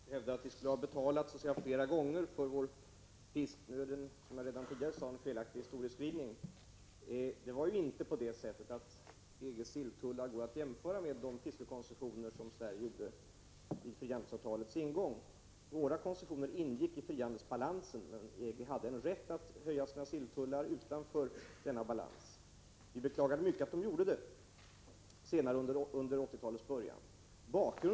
Fru talman! Pär Granstedt hävdar att vi så att säga skulle ha betalat flera gånger för vår fisk, men detta är, som sagt, en felaktig historieskrivning. EG:s silltullar kan ju inte jämföras med de fiskekoncessioner som Sverige gjorde när frihandelsavtalet kom till. Våra koncessioner ingick i frihandelsbalansen. Men EG hade rätt att höja sina silltullar utanför denna balans. Vi beklagar mycket att EG gjorde detta senare i början av 1980-talet.